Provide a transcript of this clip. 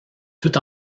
tout